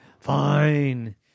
Fine